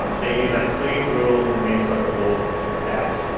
um there is a clear rule in the meetings local law that